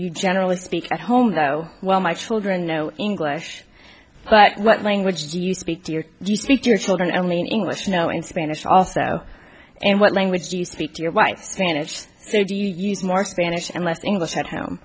you generally speak at home though well my children know english but what language do you speak to your you speak to your children i mean english know in spanish also and what language do you speak to your wife spanish they do use more spanish and less english at home